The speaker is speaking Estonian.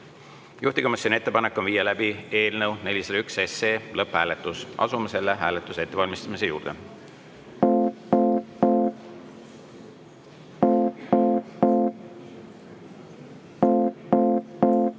Juhtivkomisjoni ettepanek on viia läbi eelnõu 401 lõpphääletus. Asume hääletuse ettevalmistamise juurde.